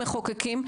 המחוקקים,